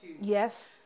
Yes